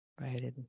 right